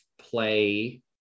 play